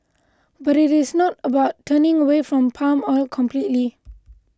but it is not about turning away from palm oil completely